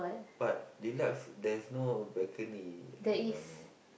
but deluxe there is no balcony